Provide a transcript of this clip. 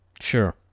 Sure